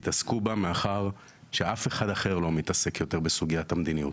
תתעסקו בה מאחר שאף אחד אחר לא מתעסק יותר בסוגיית המדיניות,